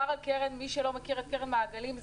מי שלא מכיר את קרן מעגלים,